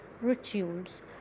Rituals